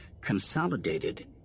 consolidated